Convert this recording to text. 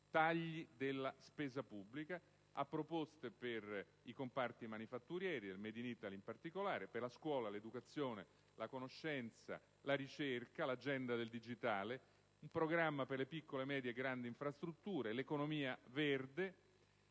tagli della spesa pubblica, a proposte per i comparti manifatturieri, per il *made in Italy* in particolare, per la scuola, l'educazione, la conoscenza, la ricerca, l'agenda del digitale, il programma per le piccole, medie e grandi infrastrutture, l'economia verde